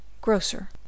grocer